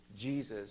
Jesus